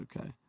okay